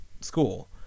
school